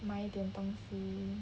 买一点东西